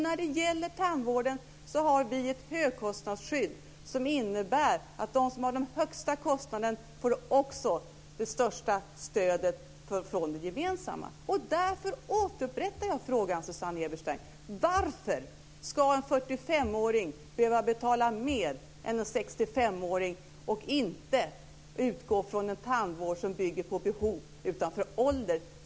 När det gäller tandvården har vi ett högkostnadsskydd som innebär att de som har de högsta kostnaderna också får det största stödet från det gemensamma. Därför upprepar jag frågan, Susanne Eberstein: Varför ska en 45-åring behöva betala mer än en 65 åring? Varför inte utgå från en tandvård som bygger på behov i stället för ålder?